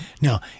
Now